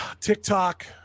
TikTok